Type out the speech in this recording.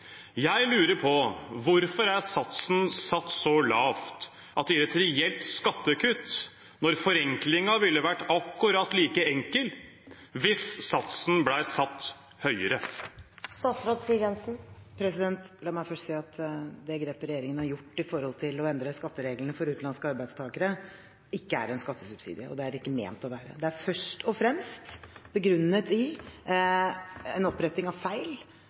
Jeg lurer på: Hvorfor er satsen satt så lavt at det gir et reelt skattekutt, når forenklingen ville vært akkurat like enkel hvis satsen ble satt høyere? La meg først si at det grepet regjeringen har gjort med hensyn til å endre skattereglene for utenlandske arbeidstakere, ikke er en skattesubsidie, og det er ikke ment å være det. Det er først og fremst begrunnet i en oppretting av feil,